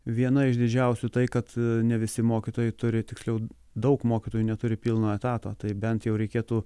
viena iš didžiausių tai kad ne visi mokytojai turi tiksliau daug mokytojų neturi pilno etato tai bent jau reikėtų